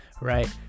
Right